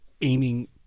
aiming